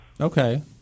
Okay